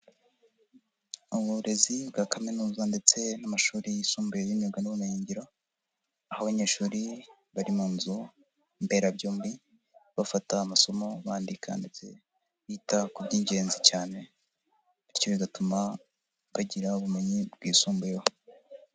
Uburezi bwa kaminuza ndetse n'amashuri yisumbuye y'imyuga n'ubumenyiyingiro, aho abanyeshuri bari mu nzu mberabyombi, bafata amasomo bandika ndetse bita ku by'ingenzi cyane, bityo bigatuma bagira ubumenyi bwisumbuyeho.